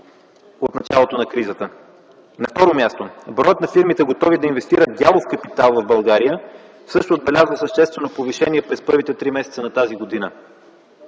от началото на кризата. На второ място, броят на фирмите, готови да инвестират дялов капитал в България, също отбелязва съществено повишение през първите три месеца на тази година.